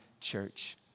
church